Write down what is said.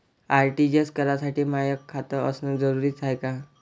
RTGS करासाठी माय खात असनं जरुरीच हाय का?